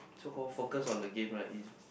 so call focus on the game right is